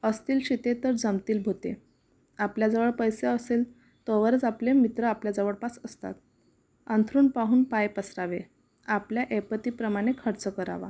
असतील शिते तर जमतील भुते आपल्याजवळ पैसा असेल तोवरच आपले मित्र आपल्या जवळपास असतात आंथरूण पाहून पाय पसरावे आपल्या ऐपतीप्रमाणे खर्च करावा